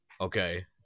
Okay